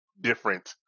different